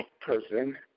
person